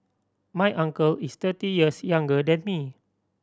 my uncle is thirty years younger than me